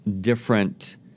different